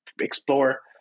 explore